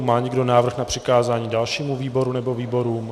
Má někdo návrh na přikázání dalšímu výboru nebo výborům?